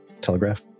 telegraph